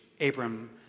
Abram